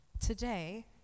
Today